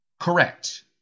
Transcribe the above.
Correct